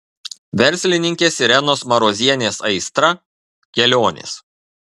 verslininkės irenos marozienės aistra kelionės